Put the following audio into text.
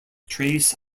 trace